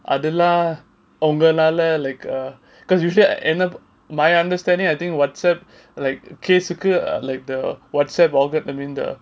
அதுலாம் உங்களால:adhulam ungalala like uh because usually I end up my understanding I think whatsapp like K circle like the whatsapp all get I mean the